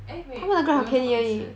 eh wait 我有坐过一次